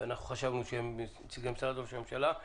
ואנחנו חשבנו שהם נציגי משרד ראש הממשלה.